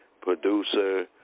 producer